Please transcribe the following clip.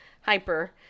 hyper